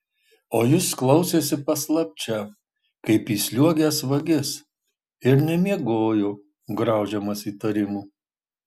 o jis klausėsi paslapčia kaip įsliuogęs vagis ir nemiegojo graužiamas įtarimų